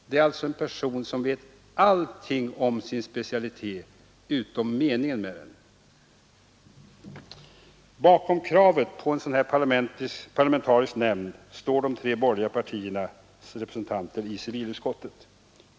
Det är alltså en person som vet allting om sin specialitet — utom meningen med den. Bakom kravet på en sådan här parlamentarisk nämnd står de tre borgerliga partiernas representanter i civilutskottet.